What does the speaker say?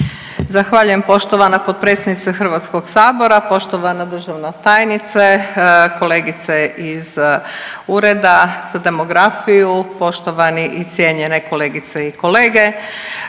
Zahvaljujem poštovana potpredsjednice HS-a, poštovana državna tajnice, kolegice iz Ureda za demografiju, poštovani i cijenjene kolegice i kolege.